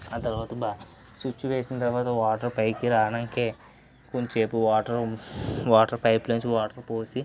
ఆ తరువాత బావి స్విచ్ వేసిన తరువాత వాటర్ పైకి రావడానికి కొంచెంసేపు వాటరు వాటర్ పైప్లోంచి వాటర్ పోసి